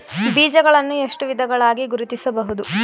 ಬೀಜಗಳನ್ನು ಎಷ್ಟು ವಿಧಗಳಾಗಿ ಗುರುತಿಸಬಹುದು?